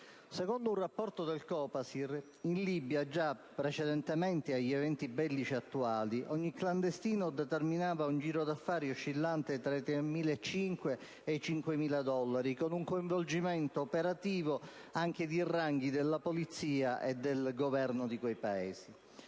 Secondo un rapporto del COPASIR, in Libia, già precedentemente agli eventi bellici attuali, ogni clandestino determinava un giro d'affari oscillante tra i 3.500 e i 5.000 dollari, con coinvolgimento di operatori anche nei ranghi della polizia e nel Governo di quei Paesi.